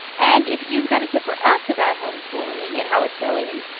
and if you've got a tip for us about homeschooling and how it's going,